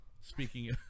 Speaking